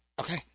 Okay